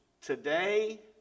Today